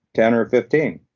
ten or fifteen?